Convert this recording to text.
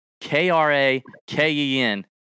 K-R-A-K-E-N